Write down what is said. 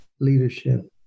leadership